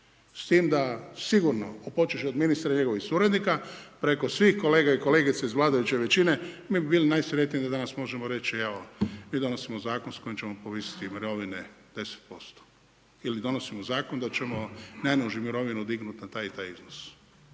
s tim da sigurno počevši od ministra i njegovih suradnika, preko svih kolega i kolegica iz vladajuće većine, mi bi bili najsretniji da danas možemo reći evo mi donosimo zakon s kojim ćemo povisiti mirovine 10%. Ili, donosimo zakon da ćemo najnižu mirovinu dignut na taj i taj iznos.